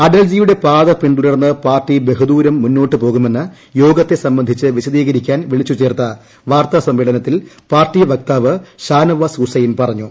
അടൽജിയുടെ പാത പിന്തുടർന്ന് പാർട്ടി ബഹുദൂരം മുന്നോട്ട് പോകുമെന്ന് യോഗത്തെ സംബന്ധിച്ച് വിശദീകരിക്കാൻ വിളിച്ചു ചേർത്ത വാർത്താ സമ്മേളനത്തിൽ പാർട്ടി വക്താവ് ഷാനവാസ് ഹുസൈൻ പറഞ്ഞു